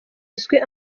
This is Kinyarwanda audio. uzwi